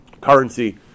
currency